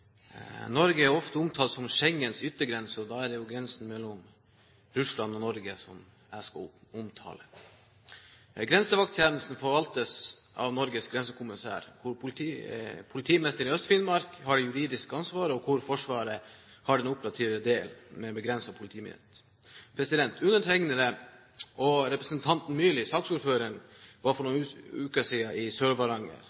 Norge er ofte omtalt som Schengens yttergrense, og da er det grensen mellom Russland og Norge jeg vil omtale. Grensevakttjenesten forvaltes av Norges Grensekommissær. Politimesteren i Øst-Finnmark har det juridiske ansvaret, og Forsvaret har den operative delen med begrenset politimyndighet. Undertegnede og representanten Myrli, saksordføreren, var for